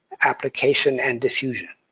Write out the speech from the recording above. application and diffusion.